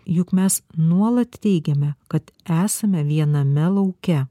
juk mes nuolat teigiame kad esame viename lauke